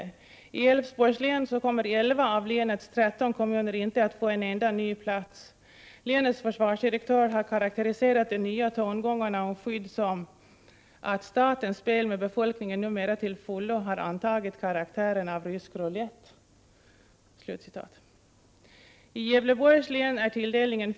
I Älvsborgs län kommer elva av länets tretton kommuner inte att få en enda ny plats. Länets försvarsdirektör har karakteriserat de nya tongångarna om skydd som ”att statens spel med befolkningen numera till fullo har antagit karaktären av en rysk roulett”.